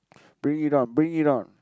bring it on bring it on